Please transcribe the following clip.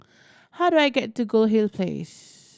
how do I get to Goldhill Place